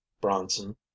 bronson